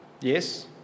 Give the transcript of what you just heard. Yes